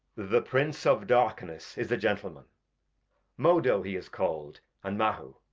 the prince of darkness is a gentleman modo he is call'd, and mahu.